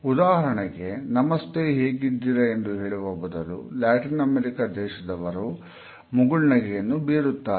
ಉದಾಹರಣೆಗೆ ನಮಸ್ತೆ ಹೇಗಿದ್ದೀರಾ ಎಂದು ಹೇಳುವ ಬದಲು ಲ್ಯಾಟಿನ್ ಅಮೆರಿಕ ದೇಶದವರು ಮುಗುಳ್ನಗೆಯನ್ನು ಬೀರುತ್ತಾರೆ